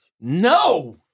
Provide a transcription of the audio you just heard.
No